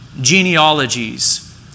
genealogies